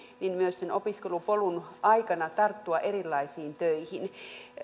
myös sen opiskelupolun aikana tarttua erilaisiin töihin